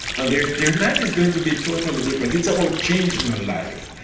and their their life is going to be totally different. it's about changing a life.